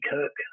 Kirk